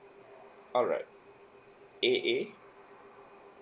alright A A